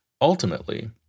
Ultimately